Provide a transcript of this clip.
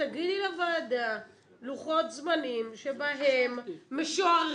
שתגידי לוועדה לוחות זמנים משוערים.